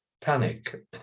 panic